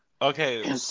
Okay